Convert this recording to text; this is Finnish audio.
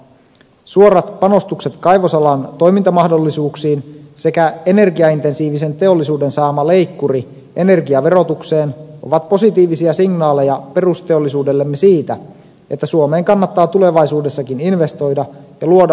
suorat panostukset kaivosalan toimintamahdollisuuksiin sekä energiaintensiivisen teollisuuden saama leikkuri energiaverotukseen ovat positiivisia signaaleja perusteollisuudellemme siitä että suomeen kannattaa tulevaisuudessakin investoida ja luoda uusia työpaikkoja